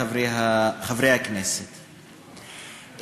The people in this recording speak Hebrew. חברי חברי הכנסת,